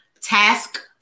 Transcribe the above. task